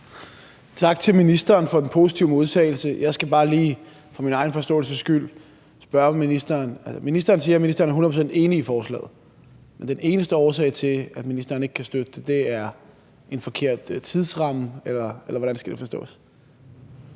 Tak til ministeren for den positive modtagelse. Jeg skal bare lige for min egen forståelses skyld spørge ministeren: Ministeren siger, at han er hundrede procent enig i forslaget, og at den eneste årsag til, at ministeren ikke kan støtte det, er, at der er en forkert tidsramme – eller hvordan skal det forstås?